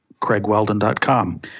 craigweldon.com